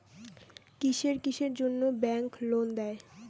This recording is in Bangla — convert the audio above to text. কিসের কিসের জন্যে ব্যাংক লোন দেয়?